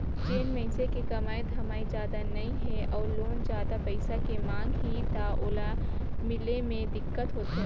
जेन मइनसे के कमाई धमाई जादा नइ हे अउ लोन जादा पइसा के मांग ही त ओला मिले मे दिक्कत होथे